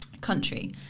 country